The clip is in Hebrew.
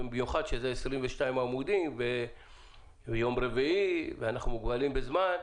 במיוחד שזה 22 עמודים ויום רביעי ואנחנו מוגבלים בזמן.